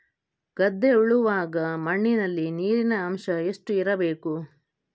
ಗದ್ದೆ ಉಳುವಾಗ ಮಣ್ಣಿನಲ್ಲಿ ನೀರಿನ ಅಂಶ ಎಷ್ಟು ಇರಬೇಕು?